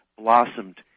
blossomed